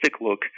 look